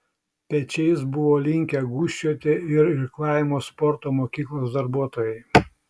pečiais buvo linkę gūžčioti ir irklavimo sporto mokyklos darbuotojai